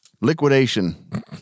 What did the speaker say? liquidation